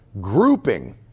grouping